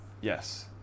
Yes